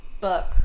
book